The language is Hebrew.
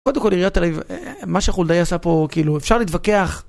קודם כל עיריית תל אביב, מה שחולדאי עשה פה, כאילו, אפשר להתווכח